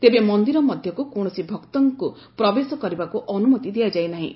ତେବେ ମନ୍ଦିର ମଧ୍ୟକୁ କୌଶସି ଭକ୍ତଙ୍କୁ ପ୍ରବେଶ କରିବାକୁ ଅନୁମତି ଦିଆଯାଇ ନାହିଁ